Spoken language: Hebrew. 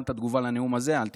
גם את התגובה לנאום הזה אל תקראי.